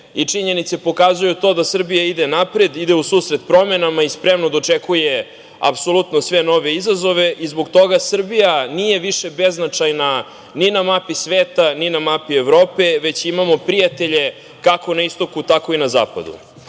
su činjenice i one pokazuju to da Srbija ide napred, ide u susret promenama i spremno dočekuje apsolutno sve nove izazove i zbog toga Srbija nije više beznačajna ni na mapi sveta, ni na mapi Evrope, već imamo prijatelje, kako na istoku, tako i na